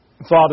Father